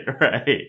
right